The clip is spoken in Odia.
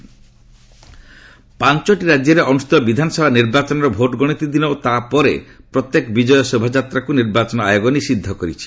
ଇସି ବ୍ୟାନସ୍ ପାଞ୍ଚୋଟି ରାକ୍ୟରେ ଅନୁଷ୍ଠିତ ବିଧାନସଭା ନିର୍ବାଚନର ଭୋଟଗଣତି ଦିନ ଓ ତାପରେ ପ୍ରତ୍ୟେକ ବିଜୟ ଶୋଭାଯାତ୍ରାକୁ ନିର୍ବାଚନ ଆୟୋଗ ନିଷିଦ୍ଧ କରିଛି